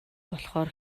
болохоор